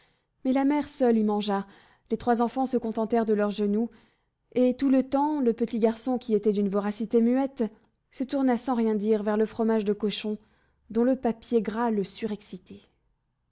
mais la mère seule y mangea les trois enfants se contentèrent de leurs genoux et tout le temps le petit garçon qui était d'une voracité muette se tourna sans rien dire vers le fromage de cochon dont le papier gras le surexcitait